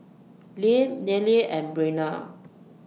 Lyle Nealie and Brenna